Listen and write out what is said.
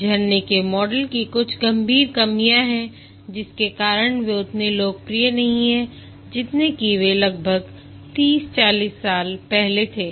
झरने के मॉडल की कुछ गंभीर कमियां हैं जिसके कारण वे उतने लोकप्रिय नहीं हैं जितने कि वे लगभग 30 40 साल पहले थे